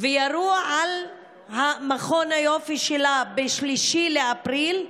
ירו על מכון היופי שלה ב-3 באפריל,